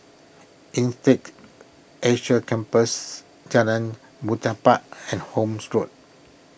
Insead Asia Campus Jalan Muhibbah and Horne's Road